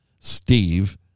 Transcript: Steve